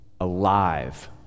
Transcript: alive